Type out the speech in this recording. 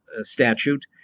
statute